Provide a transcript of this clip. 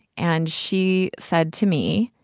and she said to me,